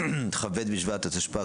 כ"ב בשבט התשפ"ג,